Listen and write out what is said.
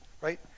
right